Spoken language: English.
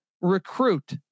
recruit